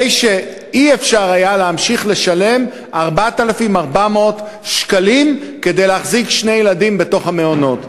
כי לא היה אפשר להמשיך לשלם 4,400 שקלים כדי להחזיק שני ילדים במעונות.